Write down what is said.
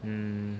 mm